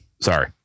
Sorry